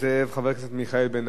חבר הכנסת מיכאל בן-ארי, בבקשה.